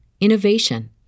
innovation